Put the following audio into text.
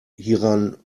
hieran